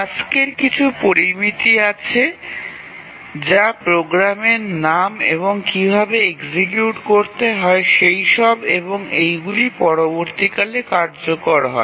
টাস্কের কিছু প্যারামিটার আছে যা প্রোগ্রামের নাম এবং কীভাবে এক্সিকিউট করতে হয় সেইসব লক্ষ্য করে এবং এইগুলি পরবর্তীকালে কার্যকর করে